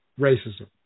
racism